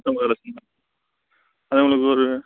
பத்தோம்பது லட்சம் தான் அது உங்களுக்கு ஒரு